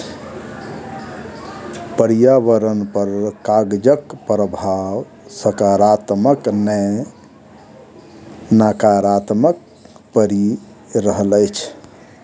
पर्यावरण पर कागजक प्रभाव साकारात्मक नै नाकारात्मक पड़ि रहल अछि